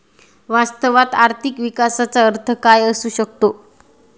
वास्तवात आर्थिक विकासाचा अर्थ काय असू शकतो?